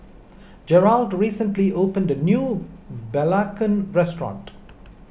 Gearld recently opened a new Belacan restaurant